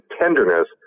tenderness